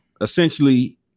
essentially